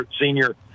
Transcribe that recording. senior